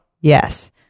Yes